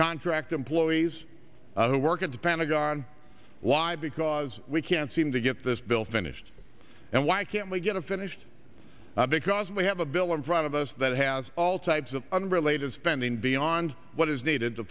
contract employees who work at the pentagon why because we can't seem to get this bill finished and why can't we get it finished because we have a bill in front of us that has all types of unrelated spending beyond what is needed to